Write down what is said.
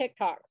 tiktoks